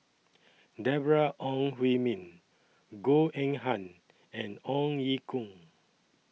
Deborah Ong Hui Min Goh Eng Han and Ong Ye Kung